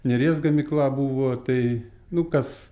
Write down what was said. nėries gamykla buvo tai nu tas